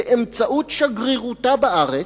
באמצעות שגרירותה בארץ,